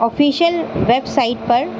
official website per